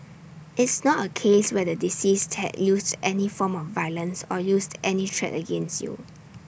it's not A case where the deceased had used any form of violence or used any threat against you